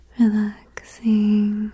relaxing